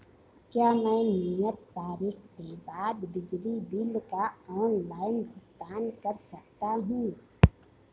क्या मैं नियत तारीख के बाद बिजली बिल का ऑनलाइन भुगतान कर सकता हूं?